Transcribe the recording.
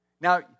Now